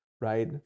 right